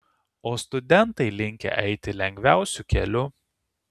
o studentai linkę eiti lengviausiu keliu